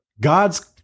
god's